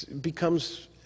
becomes